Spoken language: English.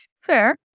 fair